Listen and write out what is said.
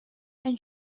and